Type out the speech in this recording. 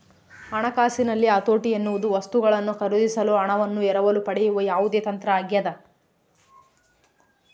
ಹಣಕಾಸಿನಲ್ಲಿ ಹತೋಟಿ ಎನ್ನುವುದು ವಸ್ತುಗಳನ್ನು ಖರೀದಿಸಲು ಹಣವನ್ನು ಎರವಲು ಪಡೆಯುವ ಯಾವುದೇ ತಂತ್ರ ಆಗ್ಯದ